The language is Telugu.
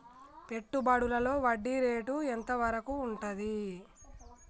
పెట్టుబడులలో వడ్డీ రేటు ఎంత వరకు ఉంటది?